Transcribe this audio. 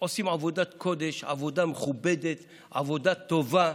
עושים עבודת קודש, עבודה מכובדת, עבודה טובה.